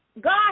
God